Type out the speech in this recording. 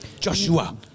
Joshua